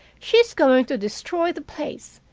she's going to destroy the place.